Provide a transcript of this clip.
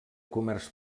comerç